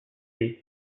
sea